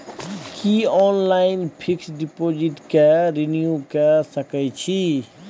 की online fix deposit के renew के सकै छी?